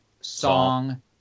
song